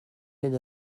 hyn